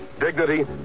dignity